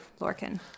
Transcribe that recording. Lorcan